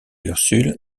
ursule